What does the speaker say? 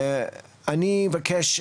אני אבקש,